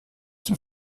dem